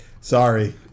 Sorry